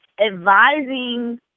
advising